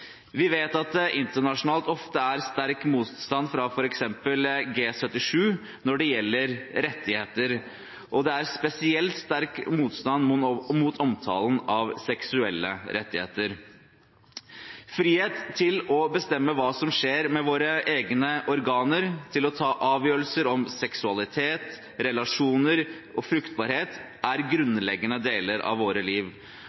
Vi vet at det internasjonalt ofte er sterk motstand fra f.eks. G77-landene når det gjelder rettigheter, og det er spesielt sterk motstand mot omtalen av seksuelle rettigheter. Frihet til å bestemme hva som skjer med våre egne organer, til å ta avgjørelser om seksualitet, relasjoner og fruktbarhet, er grunnleggende deler av våre liv,